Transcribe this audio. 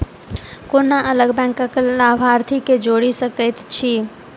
कोना अलग बैंकक लाभार्थी केँ जोड़ी सकैत छी?